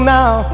now